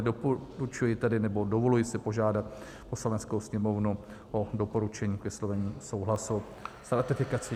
Doporučuji tedy, nebo dovoluji si požádat Poslaneckou sněmovnu o doporučení k vyslovení souhlasu s ratifikací.